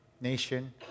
nation